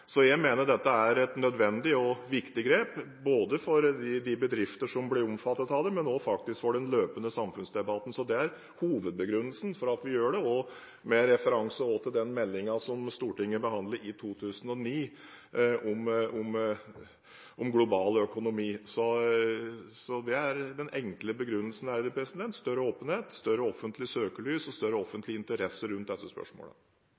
Så jeg mener at dette er et nødvendig og viktig grep, både for de bedrifter som blir omfattet av det, og for den løpende samfunnsdebatten. Det er hovedbegrunnelsen for at vi gjør dette, også med referanse til den meldingen Stortinget behandlet i 2009, om global økonomi. Det er altså den enkle begrunnelsen: større åpenhet, større offentlig søkelys og større offentlig interesse rundt disse spørsmålene. I likhet med forrige replikant merker jeg meg at statsråden egentlig snakker mye ut fra at dette